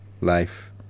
life